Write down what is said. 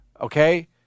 okay